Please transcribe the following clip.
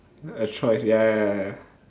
a choice ya ya ya ya